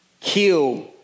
Kill